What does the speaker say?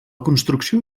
construcció